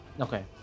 okay